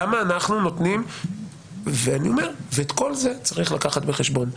אני אומר שאת כל זה צריך לקחת בחשבון.